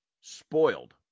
spoiled